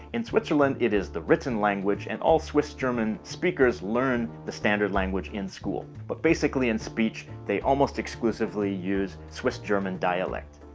in switzerland, it is the written language and all swiss german speakers learn the standard language in school. but basically in speech, they almost exclusively use swiss german dialect.